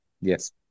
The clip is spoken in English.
Yes